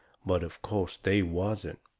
but, of course, they wasn't.